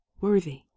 worthy